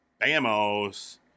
Bamos